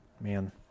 man